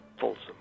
Folsom